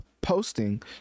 posting